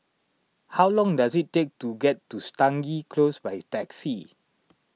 how long does it take to get to Stangee Close by taxi